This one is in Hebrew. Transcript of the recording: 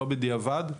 לא בדיעבד,